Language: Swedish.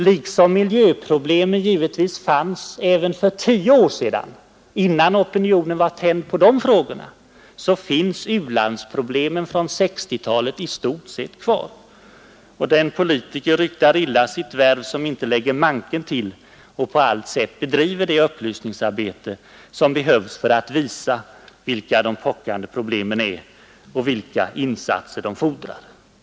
Liksom miljöproblemen givetvis fanns även för tio år sedan, innan opinionen var tänd på de frågorna, finns u-landsproblemen från 1960 talet i stort sett kvar i dag. Den politiker ryktar illa sitt värv som inte lägger manken till och på allt sätt bedriver det upplysningsarbete som behövs för att visa vilka de pockande problemen är och vilka insatser de fordrar.